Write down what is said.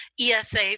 ESA